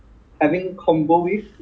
orh this is a very long story